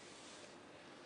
כן.